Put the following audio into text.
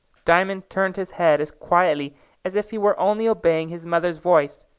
diamond turned his head as quietly as if he were only obeying his mother's voice,